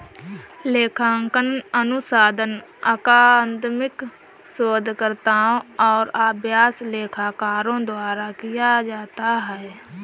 लेखांकन अनुसंधान अकादमिक शोधकर्ताओं और अभ्यास लेखाकारों द्वारा किया जाता है